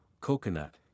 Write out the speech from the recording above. Coconut